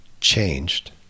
changed